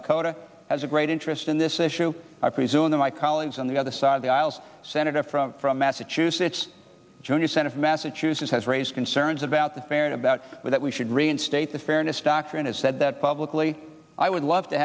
dakota has a great interest in this issue i presume that my colleagues on the other side of the aisles senator from massachusetts junior senator massachusetts has raised concerns about the fairness about the way that we should reinstate the fairness doctrine has said that publicly i would love to